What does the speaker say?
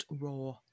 raw